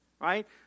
right